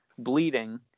bleeding